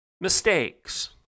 Mistakes